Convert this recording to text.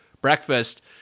breakfast